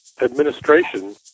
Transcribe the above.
Administration